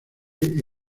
esta